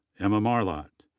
emma marlatt,